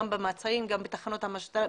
גם במעצרים וגם בתחנות המשטרה,